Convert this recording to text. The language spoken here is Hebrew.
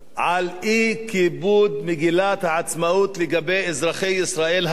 על אי-כיבוד מגילת העצמאות לגבי אזרחי ישראל הערבים?